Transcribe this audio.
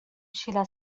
شیلا